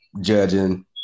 judging